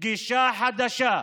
גישה חדשה,